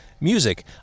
music